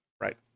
Right